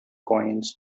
coins